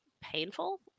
painful